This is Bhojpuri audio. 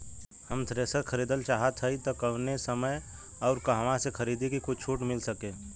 हम थ्रेसर खरीदल चाहत हइं त कवने समय अउर कहवा से खरीदी की कुछ छूट मिल सके?